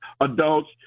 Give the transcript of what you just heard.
adults